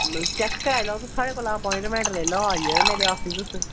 check कराई लो तुस साडे कोला आपाइंटमेट लेई लौ आइयै मेरे आफिस